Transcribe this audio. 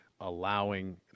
allowing